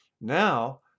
now